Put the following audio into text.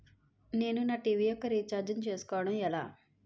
నేను నా టీ.వీ యెక్క రీఛార్జ్ ను చేసుకోవడం ఎలా?